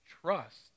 trust